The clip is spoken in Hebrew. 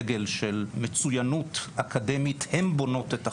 דגל של מצויינות אקדמית, הן בונות את החברה,